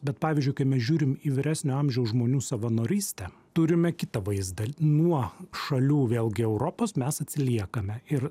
bet pavyzdžiui kai mes žiūrim į vyresnio amžiaus žmonių savanorystę turime kitą vaizdą nuo šalių vėlgi europos mes atsiliekame ir